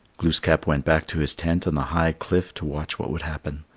glooskap went back to his tent on the high cliff to watch what would happen.